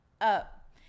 up